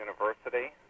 university